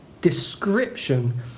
description